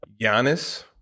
Giannis